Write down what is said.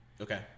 Okay